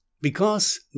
Because